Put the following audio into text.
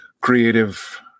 creative